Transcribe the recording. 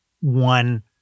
one